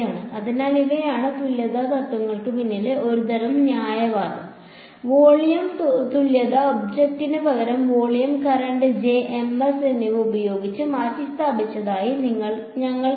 അതിനാൽ ഇവയാണ് തുല്യത തത്വങ്ങൾക്ക് പിന്നിലെ ഒരുതരം ന്യായവാദം വോളിയം തുല്യത ഒബ്ജക്റ്റിന് പകരം വോളിയം കറന്റ് J Ms എന്നിവ ഉപയോഗിച്ച് മാറ്റിസ്ഥാപിച്ചതായി ഞങ്ങൾ കണ്ടു